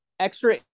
extra